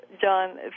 John